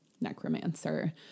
necromancer